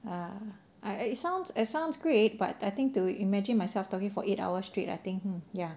ah I it sounds it sounds great but I think to imagine myself talking for eight hours straight I think ya